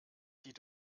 sie